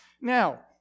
Now